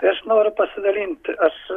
tai aš noriu pasidalinti aš